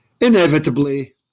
Inevitably